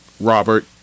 Robert